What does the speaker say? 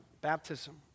baptism